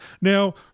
Now